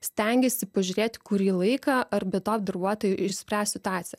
stengiasi pažiūrėti kurį laiką ar be to darbuotojo išspręs situaciją